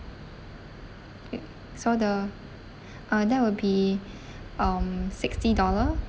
uh so the uh that will be um sixty dollar